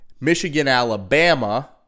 Michigan-Alabama